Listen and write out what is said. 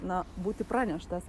na būti praneštas